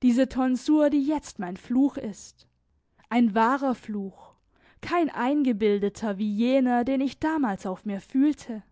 diese tonsur die jetzt mein fluch ist ein wahrer fluch kein eingebildeter wie jener den ich damals auf mir fühlte